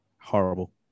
Horrible